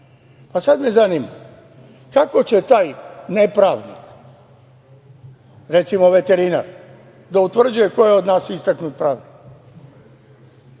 me sada zanima, kako će taj nepravnik, recimo veterinar, da utvrđuje ko je od nas istaknuti pravnik?